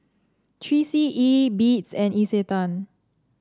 Three C E Beats and Isetan